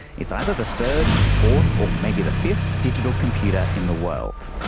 it's either the third, fourth or maybe the fifth digital computer in the world.